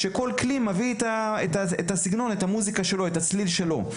כשכל כלי מביא את הסגנון ואת הצליל שלו.